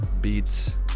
Beats